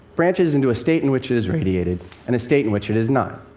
branches into a state in which it is radiated and a state in which it is not.